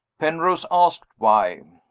penrose asked why.